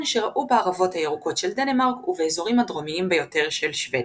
שרעו בערבות הירוקות של דנמרק ובאזורים הדרומיים ביותר של שוודיה.